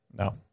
No